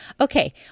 Okay